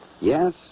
Yes